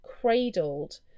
cradled